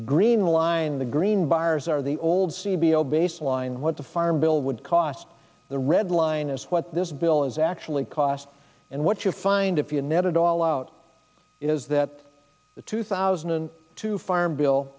green line the green buyers are the old c b l baseline what the farm bill would cost the red line is what this bill is actually cost and what you find if you net it all out is that the two thousand and two farm bill